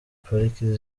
pariki